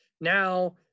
now